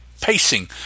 pacing